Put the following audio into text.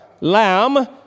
lamb